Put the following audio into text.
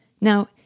Now